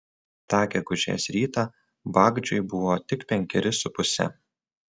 tą gegužės rytą bagdžiui buvo tik penkeri su puse